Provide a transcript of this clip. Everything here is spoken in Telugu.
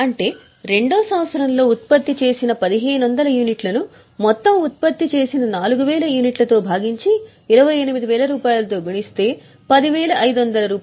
అంటే రెండో సంవత్సరంలో ఉత్పత్తి చేసిన 1500 యూనిట్లను మొత్తం ఉత్పత్తి చేసిన 4000 యూనిట్లతో భాగించి 28000 తో గుణిస్తే రూ